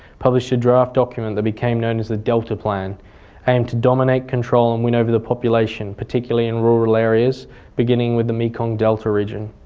published a draft document that became known as the delta plan aimed to dominate control and win over the population particularly in rural areas beginning with the mekong delta region.